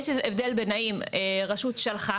אם בדיון כאן הוועדה מחליטה שדי במשלוח,